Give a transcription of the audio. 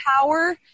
power